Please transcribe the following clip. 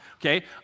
Okay